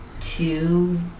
two